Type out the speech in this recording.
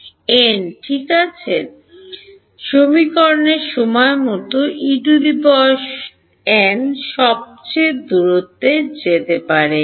n ঠিক আছে সমীকরণের সময় মতো En সবচেয়ে দূরে যেতে পারে